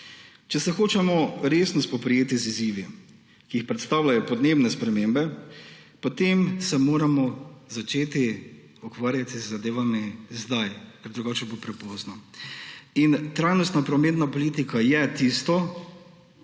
Če se hočemo resno spoprijeti z izzivi, ki jih predstavljajo podnebne spremembe, potem se moramo začeti ukvarjati z zadevami sedaj, ker drugače bo prepozno. In trajnostna prometna politika je tisto,